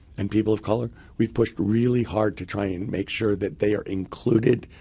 and people of color. we've pushed really hard to try and make sure that they are included,